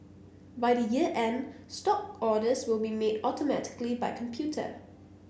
by the year end stock orders will be made automatically by computer